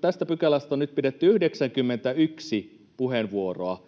tästä pykälästä on nyt pidetty 91 puheenvuoroa.